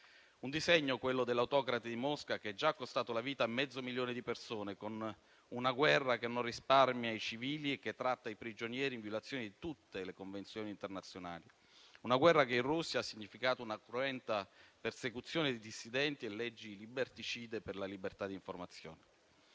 un disegno, quello dell'autocrate di Mosca, che è già costato la vita a mezzo milione di persone, con una guerra che non risparmia i civili e tratta i prigionieri in violazione di tutte le convenzioni internazionali; tale guerra in Russia ha significato una cruenta persecuzione dei dissidenti e leggi liberticide per la libertà di informazione.